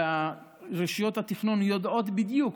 ורשויות התכנון יודעות בדיוק